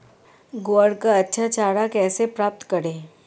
ग्वार का अच्छा चारा कैसे प्राप्त करें?